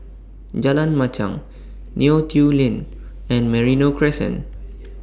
Jalan Machang Neo Tiew Lane and Merino Crescent